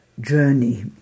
journey